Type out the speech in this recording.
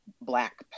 black